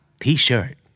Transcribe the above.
T-shirt